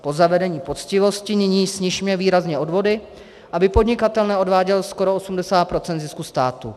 Po zavedení poctivosti nyní snižme výrazně odvody, aby podnikatel neodváděl skoro 80 % zisku státu.